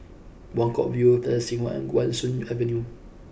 Buangkok View Plaza Singapura and Guan Soon Avenue